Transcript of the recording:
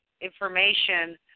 information